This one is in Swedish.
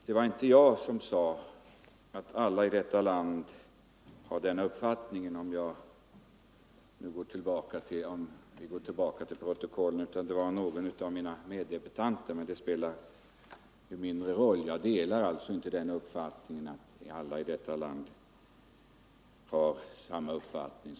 Herr talman! Om vi går tillbaka till protokollet ser vi att det inte var jag som sade att alla i detta land hade samma uppfattning, utan det var någon av mina meddebattanter. Men det spelar mindre roll. Jag delar inte uppfattningen att alla i detta land har samma uppfattning.